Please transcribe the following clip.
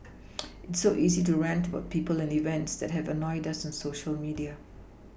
it's so easy to rant about people and events that have annoyed us on Social media